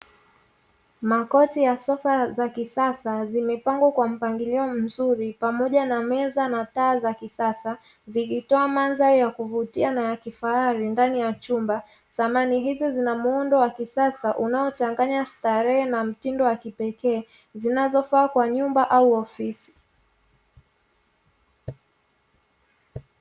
Makochi ya sofa ya kisasa zimepangiliwa kwa mpangilio mzuri pamoja na meza na taa za kisasa zikitoa madhari ya kuvutia na kifahari ndani ya chumba, samani hizi zinamuundo wa kisasa unachanganya starehe na mtindo wa kipekee. Zinazofaa kwa nyumba au ofisi.